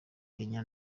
kenya